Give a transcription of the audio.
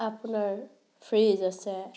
আপোনাৰ ফ্ৰীজ আছে